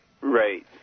right